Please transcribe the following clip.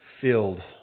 filled